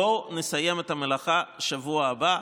בואו נסיים את המלאכה בשבוע הבא,